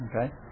Okay